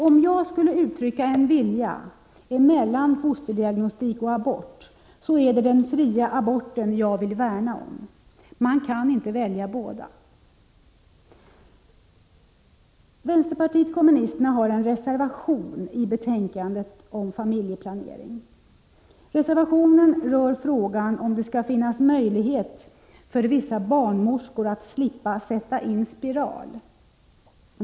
Om jag skall uttrycka en vilja då det gäller fosterdiagnostik och fri abort, måste jag säga är det den fria aborten att jag vill värna om. Man kan inte välja båda. 53 Vpk har en reservation i betänkandet om familjeplanering. Reservationen rör frågan om det skall finnas möjlighet för vissa barnmorskor att slippa sätta in spiral.